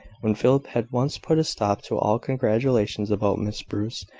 when philip had once put a stop to all congratulations about miss bruce,